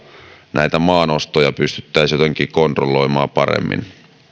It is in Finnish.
näitä maanostoja pystyttäisiin jotenkin kontrolloimaan paremmin